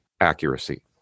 accuracy